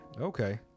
okay